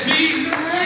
Jesus